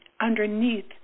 underneath